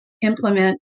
implement